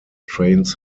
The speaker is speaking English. trains